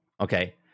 okay